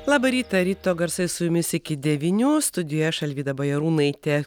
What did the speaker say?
labą rytą ryto garsai su jumis iki devynių studijoj aš alvyda bajarūnaitė